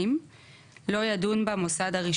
זה לא היא עושה --- מה זה